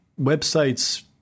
website's